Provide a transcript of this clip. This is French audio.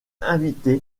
invite